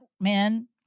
man